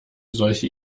solche